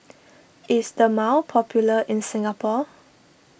is Dermale popular in Singapore